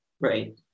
Right